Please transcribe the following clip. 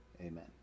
Amen